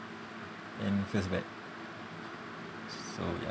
and feels bad so ya